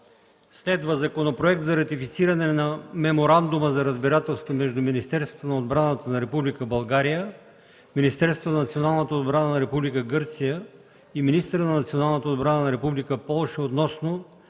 относно Законопроект за ратифициране на Меморандума за разбирателство между Министерството на отбраната на Република България, Министерството на националната отбрана на Република Гърция и министъра на националната отбрана на Република Полша относно